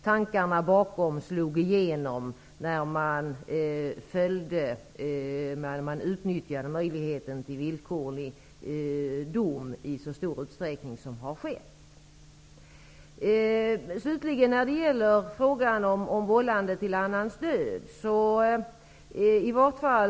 Tankarna bakom denna lagstiftning slog igenom när man utnyttjade möjligheten till villkorlig dom i så stor utsträckning. Sedan till begreppet vållande till annans död.